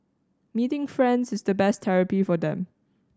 meeting friends is the best therapy for them